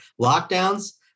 lockdowns